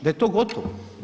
Da je to gotovo.